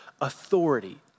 authority